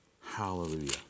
Hallelujah